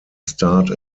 start